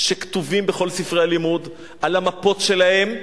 שכתובות בכל ספרי הלימוד, על המפות שלהם,